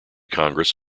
congress